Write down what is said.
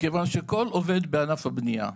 מכיוון שכל עובד בענף הבנייה,